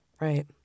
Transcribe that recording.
Right